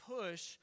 push